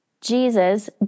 Jesus